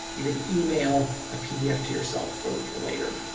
you can email a pdf to yourself for for later.